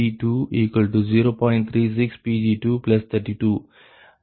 36Pg232 என்று கீழே கொடுக்கப்பட்டுள்ளது